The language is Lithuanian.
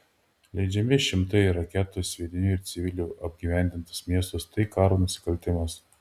leidžiami šimtai reketų sviedinių į civilių apgyvendintus miestus tai karo nusikaltimas